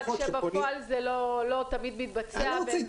רק שבפועל זה לא תמיד מתבצע.